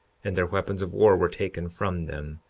and their weapons of war were taken from them,